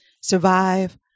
survive